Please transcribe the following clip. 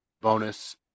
bonus